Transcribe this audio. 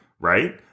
right